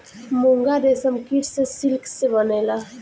मूंगा रेशम कीट से सिल्क से बनेला